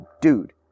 dude